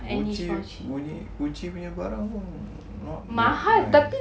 Gucci bunyi Gucci punya barang pun not that nice